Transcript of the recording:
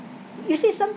you see some